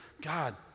God